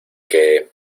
que